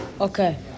Okay